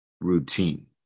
routine